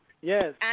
Yes